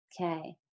Okay